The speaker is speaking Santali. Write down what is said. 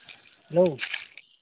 ᱦᱮᱞᱳ